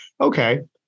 okay